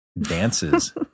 dances